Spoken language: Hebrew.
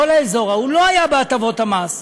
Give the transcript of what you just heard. כל האזור ההוא לא היה בהטבות המס.